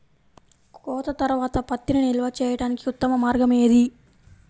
కోత తర్వాత పత్తిని నిల్వ చేయడానికి ఉత్తమ మార్గం ఏది?